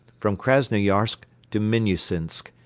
from krasnoyarsk to minnusinsk,